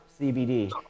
CBD